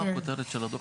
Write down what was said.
מה הכותרת של הדוח?